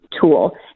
tool